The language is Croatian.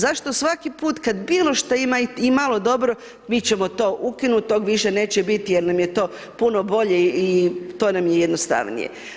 Zašto svaki put kad bilo šta ima imalo dobro mi ćemo to ukinuti, tog više neće biti jer nam je to puno bolje i to nam je jednostavnije.